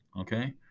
Okay